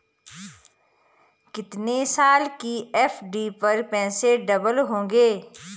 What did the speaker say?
कितने साल की एफ.डी पर पैसे डबल होंगे?